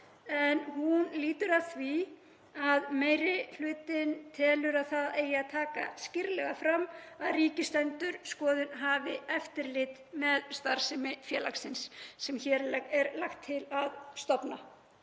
og hún lýtur að því að meiri hlutinn telur að það eigi að taka skýrlega fram að Ríkisendurskoðun hafi eftirlit með starfsemi félagsins sem hér er lagt til að stofna.